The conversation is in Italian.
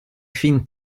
fin